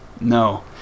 no